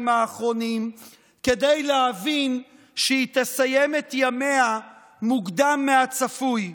האחרונים כדי להבין שהיא תסיים את ימיה מוקדם מהצפוי.